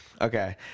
Okay